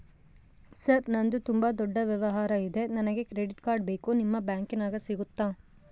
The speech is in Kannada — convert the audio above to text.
ಸರ್ ನಂದು ತುಂಬಾ ದೊಡ್ಡ ವ್ಯವಹಾರ ಇದೆ ನನಗೆ ಕ್ರೆಡಿಟ್ ಕಾರ್ಡ್ ಬೇಕು ನಿಮ್ಮ ಬ್ಯಾಂಕಿನ್ಯಾಗ ಸಿಗುತ್ತಾ?